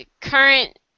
current